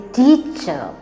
teacher